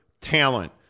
talent